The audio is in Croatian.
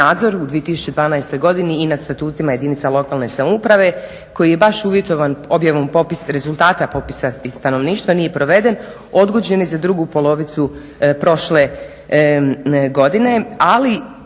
u 2012. godini i nad statutima jedinica lokalne samouprave koji je baš uvjetovan objavom rezultata popisa iz stanovništva, nije proveden, odgođen je za drugu polovicu prošle godine,